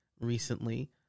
recently